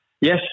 Yes